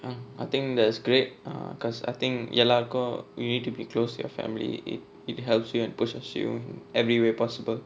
um I think that's great because I think எல்லாருக்கும்:ellaarukkum you need to be close your family it it helps you and pushes you every way possible